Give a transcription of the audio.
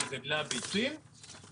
היא ב-זום?< כן.